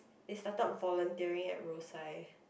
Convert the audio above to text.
they started volunteering at Rosyth